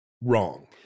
wrong